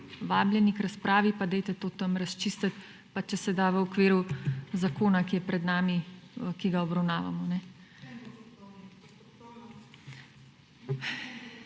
vabljeni k razpravi, pa to tam razčistite, pa če se da, v okviru zakona, ki je pred nami, ki ga obravnavamo,